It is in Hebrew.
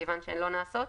ומכיוון שהן לא נעשות,